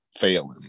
failing